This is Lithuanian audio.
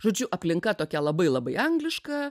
žodžiu aplinka tokia labai labai angliška